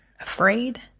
afraid